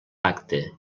tacte